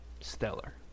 Stellar